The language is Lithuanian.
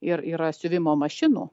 ir yra siuvimo mašinų